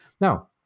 Now